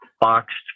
boxed